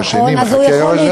והשני מחכה,